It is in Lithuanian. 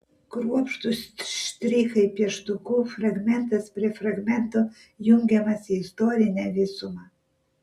kruopštūs štrichai pieštuku fragmentas prie fragmento jungiamas į istorinę visumą